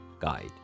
guide